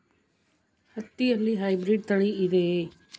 ಹತ್ತಿಯಲ್ಲಿ ಹೈಬ್ರಿಡ್ ತಳಿ ಇದೆಯೇ?